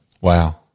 Wow